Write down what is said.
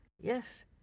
yes